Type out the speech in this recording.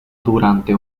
durante